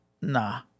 Nah